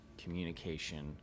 communication